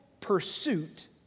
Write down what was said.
pursuit